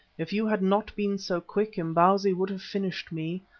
if you had not been so quick, imbozwi would have finished me.